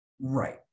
right